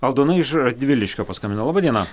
aldona iš radviliškio paskambino laba diena